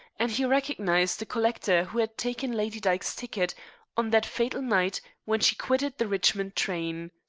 and he recognized the collector who had taken lady dyke's ticket on that fatal night when she quitted the richmond train.